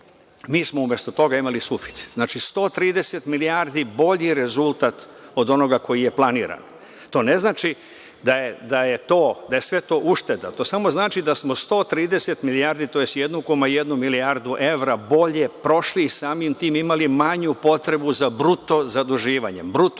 smo umesto toga imali suficit, znači, 130 milijardi bolji rezultat od onoga koji je planiran. To ne znači da je sve to ušteda, to samo znači da smo 130 milijardi, tj 1,1 milijardu evra bolje prošli i samim tim imali manju potrebu za bruto zaduživanjem,